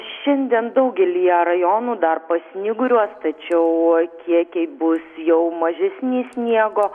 šiandien daugelyje rajonų dar pasnyguriuos tačiau kiekiai bus jau mažesni sniego